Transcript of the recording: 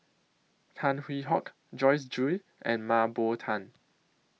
Tan Hwee Hock Joyce Jue and Mah Bow Tan